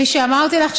כפי שאמרתי לך,